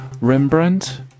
Rembrandt